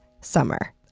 summer